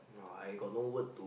uh I got no word to